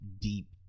deep